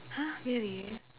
!huh! really